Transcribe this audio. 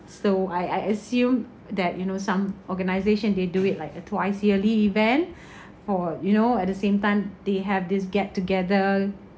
so I I assume that you know some organisation they do it like a twice yearly event for you know at the same time they have this get together